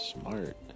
smart